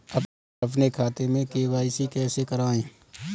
अपने खाते में के.वाई.सी कैसे कराएँ?